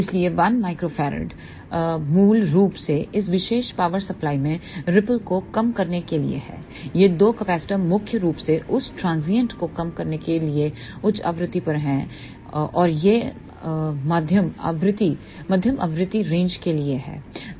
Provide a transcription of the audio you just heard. इसलिए 1 uF मूल रूप से इस विशेष पावर सप्लाई में रिप्पल को कम करने के लिए है ये दो कैपेसिटर मुख्य रूप से उस ट्रांजियंट को कम करने के लिए उच्च आवृत्ति पर हैं और यह मध्य आवृत्ति रेंज के लिए है